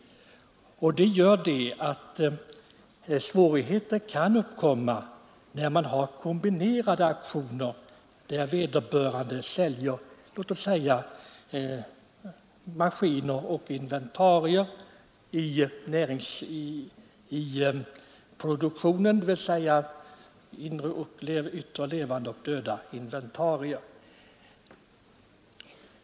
Det gör att svårigheter kan uppkomma vid kombinerade auktioner, där vederbörande säljer yttre levande och döda inventarier, och dessutom inre inventarier för enskilt bruk.